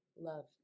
love